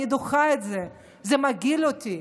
אני דוחה את זה, זה מגעיל אותי,